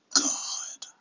god